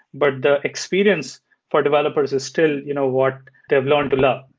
but the experience for developers is still you know what they've learned to love.